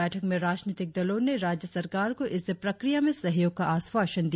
बैठक में राजनीतिक दलों ने राज्य सरकार को इस प्रक्रिया में सहयोग का आश्वासन दिया